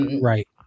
right